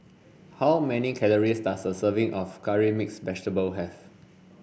how many calories does a serving of curry mixed vegetable have